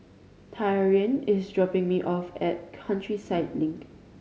Taryn is dropping me off at Countryside Link